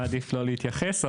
עדיף לא להתייחס,